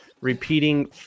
repeating